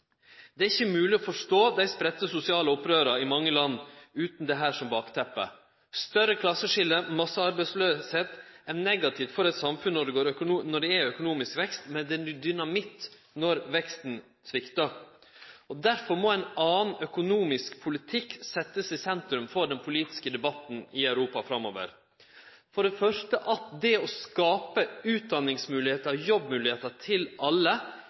Det er ikkje mogleg å forstå dei spreidde sosiale opprøra i mange land utan dette som bakteppe. Større klasseskilje og massearbeidsløyse er negativt for eit samfunn når det er økonomisk vekst, men det er dynamitt når veksten sviktar. Derfor må ein annan økonomisk politikk setjast i sentrum for den politiske debatten i Europa framover. For det første er det å skape utdanningsmoglegheiter og jobbmoglegheiter til alle